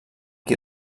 qui